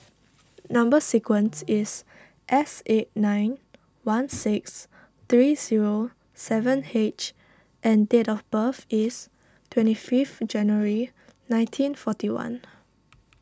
Number Sequence is S eight nine one six three zero seven H and date of birth is twenty five January nineteen forty one